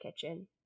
kitchen